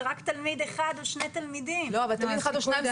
רק תלמיד אחד או שני תלמידים --- אם זה תלמיד אחד או שניים,